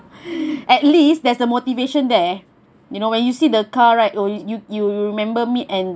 at least there's the motivation there you know when you see the car right you you you you remember me and